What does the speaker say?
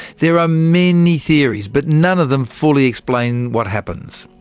there are many theories, but none of them fully explain what happens.